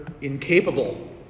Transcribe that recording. incapable